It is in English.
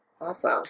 Awesome